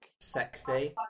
sexy